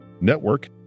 Network